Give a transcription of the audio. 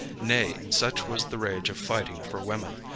nay, such was the rage of fighting for women,